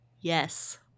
Yes